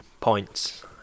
points